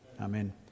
Amen